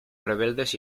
rebeldes